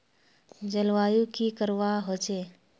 जलवायु की करवा होचे?